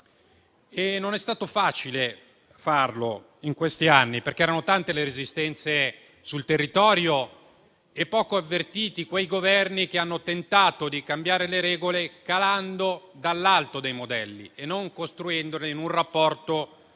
e non è stato facile farlo in questi anni, perché erano tante le resistenze sul territorio e poco avvertiti quei Governi che hanno tentato di cambiare le regole calando dall'alto dei modelli e non costruendone in un rapporto